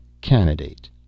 candidate